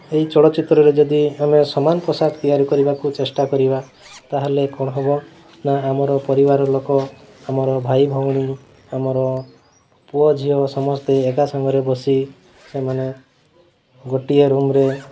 ଏହି ଚଳଚ୍ଚିତ୍ରରେ ଯଦି ଆମେ ସମାନ ପୋଷାକ ତିଆରି କରିବାକୁ ଚେଷ୍ଟା କରିବା ତା'ହେଲେ କ'ଣ ହେବ ନା ଆମର ପରିବାର ଲୋକ ଆମର ଭାଇ ଭଉଣୀ ଆମର ପୁଅ ଝିଅ ସମସ୍ତେ ଏକା ସାଙ୍ଗରେ ବସି ସେମାନେ ଗୋଟିଏ ରୁମ୍ରେ